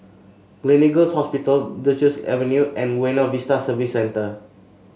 Gleneagles Hospital Duchess Avenue and Buona Vista Service Centre